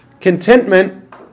Contentment